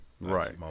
Right